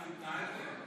השרה גינתה את זה?